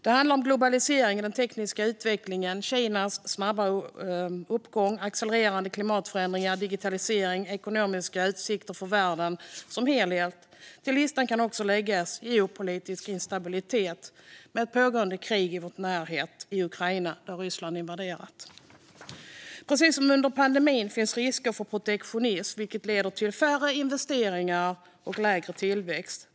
Det handlar om globaliseringen, den tekniska utvecklingen, Kinas snabba uppgång, accelererande klimatförändringar, digitalisering och de ekonomiska utsikterna för världen som helhet. Till listan kan läggas geopolitisk instabilitet med ett pågående krig i vår närhet, i Ukraina, som Ryssland invaderat. Precis som under pandemin finns risker för protektionism, vilket leder till färre investeringar och lägre tillväxt.